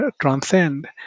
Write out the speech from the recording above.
transcend